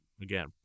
again